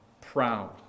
proud